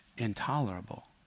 intolerable